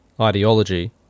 ideology